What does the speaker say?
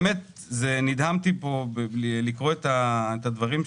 נדהמתי לקרוא את הדברים,